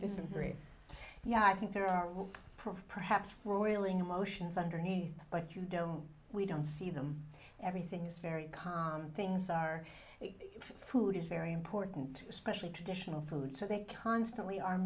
disagree yeah i think there are perhaps four wheeling emotions underneath but you don't we don't see them everything's very calm things are the food is very important especially traditional food so they constantly are